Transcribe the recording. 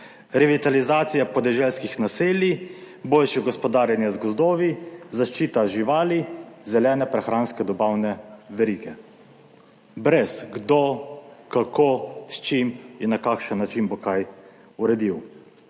revitalizacija podeželskih naselij, boljše gospodarjenje z gozdovi, zaščita živali, zelene prehranske dobavne verige - brez kdo, kako, s čim in na kakšen način bo kaj uredil.